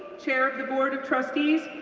chair of the board of trustees,